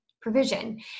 provision